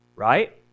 Right